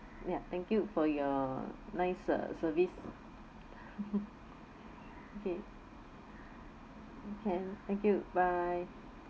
ya thank you for your nice uh service okay okay thank you bye